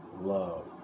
love